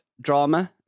drama